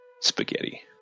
spaghetti